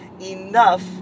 enough